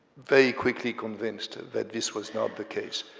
very quickly convinced that this was not the case.